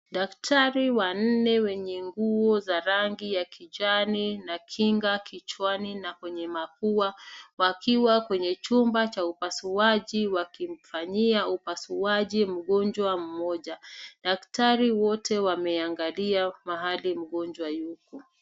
Daktari wa nne wenye nguo za rangi ya kijani na kinga kichwani na kwenye mapua wakiwa kwenye chumba cha upasuaji wakimfanyia upasuaji mgonjwa mmoja. Daktari wote wameangalia mahali mgonjwa yuko.